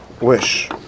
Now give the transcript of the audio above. wish